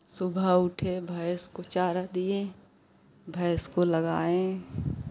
सुबह उठे भैंस को चारा दिए भैंस को लगाए